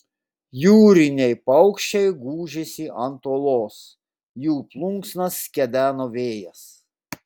jūriniai paukščiai gūžėsi ant uolos jų plunksnas kedeno vėjas